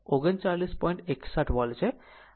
61 volt છે